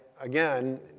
again